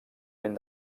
ben